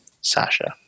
Sasha